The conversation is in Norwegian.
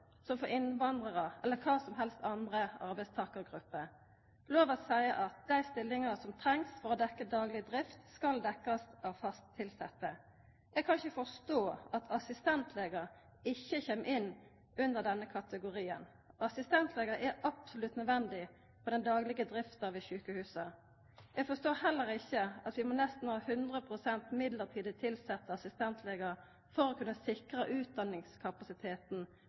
som for innvandrarar eller kva som helst andre arbeidstakargrupper. Lova seier at dei stillingane som trengst for å dekkja dagleg drift, skal dekkjast av fast tilsette. Eg kan ikkje forstå at assistentlegar ikkje kjem innunder denne kategorien. Assistentlegar er absolutt nødvendig for den daglege drifta ved sjukehusa. Eg forstår heller ikkje at vi nesten må ha 100 pst. mellombels tilsette assistentlegar for å kunna sikra utdanningskapasiteten